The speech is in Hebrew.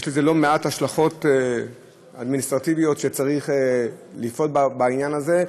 יש לזה לא מעט השלכות אדמיניסטרטיביות כשצריך לפעול בעניין הזה,